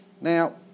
Now